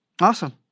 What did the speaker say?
Awesome